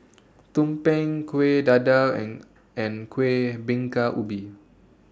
Tumpeng Kueh Dadar and and Kueh Bingka Ubi